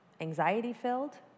anxiety-filled